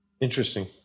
Interesting